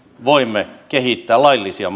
voimme kehittää laillisia